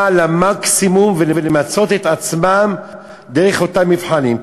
למקסימום ולמצות את עצמם דרך אותם מבחנים.